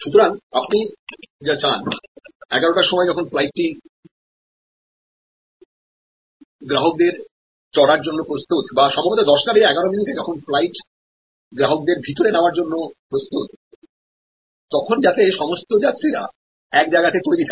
সুতরাং আপনি যা চান এগারোটার সময় যখন ফ্লাইটটি গ্রাহকদের চড়ার জন্য প্রস্তুতবা সম্ভবত দশটা বেজে এগারো মিনিটে যখন ফ্লাইট গ্রাহকদের ভিতরে নেওয়ার জন্য প্রস্তুত তখন যাতে সমস্ত যাত্রীরা এক জায়গাতে তৈরি থাকে